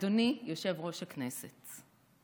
אדוני יושב-ראש הכנסת,